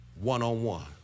one-on-one